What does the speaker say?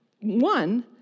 One